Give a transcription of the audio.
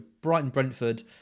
Brighton-Brentford